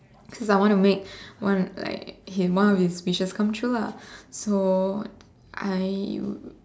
because I want to make one like he one of his wishes come true lah so I